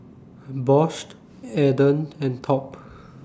Bosched Aden and Top